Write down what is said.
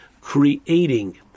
creating